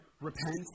repent